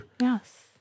Yes